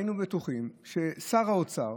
היינו בטוחים ששר האוצר,